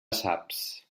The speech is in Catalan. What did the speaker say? saps